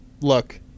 look